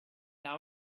now